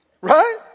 Right